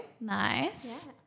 Nice